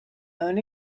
own